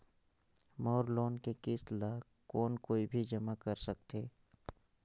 मोर loan के किस्त ल कौन कोई भी जमा कर सकथे?